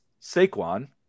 Saquon